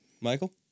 Michael